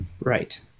Right